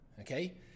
Okay